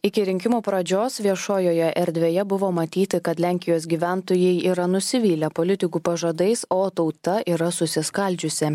iki rinkimų pradžios viešojoje erdvėje buvo matyti kad lenkijos gyventojai yra nusivylę politikų pažadais o tauta yra susiskaldžiusi